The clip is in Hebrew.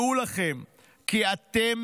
דעו לכם כי אתם